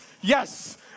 yes